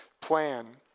plan